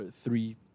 three